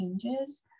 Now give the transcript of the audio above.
changes